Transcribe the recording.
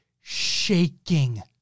shaking